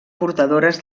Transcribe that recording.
portadores